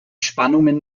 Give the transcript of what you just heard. spannungen